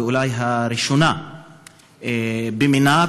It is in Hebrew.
ואולי הראשונה במינה,